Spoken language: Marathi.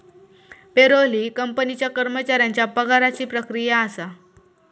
पेरोल ही कंपनीच्या कर्मचाऱ्यांच्या पगाराची प्रक्रिया असा